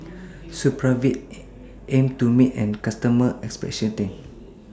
Supravit aims to meet its customers' expectations